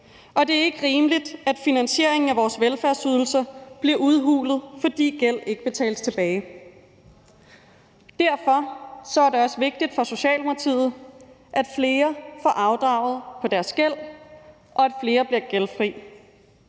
og det er ikke rimeligt, at finansieringen af vores velfærdsydelser bliver udhulet, fordi gæld ikke betales tilbage. Derfor er det også vigtigt for Socialdemokratiet, at flere får afdraget på deres gæld, og at flere bliver gældfri.